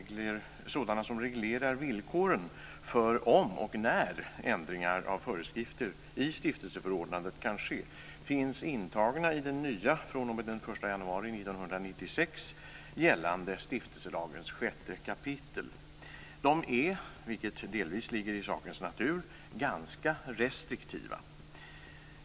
gällande stiftelselagens sjätte kapitel. De är, vilket delvis ligger i sakens natur, ganska restriktiva.